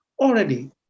already